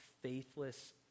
faithless